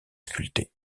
sculpté